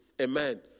Amen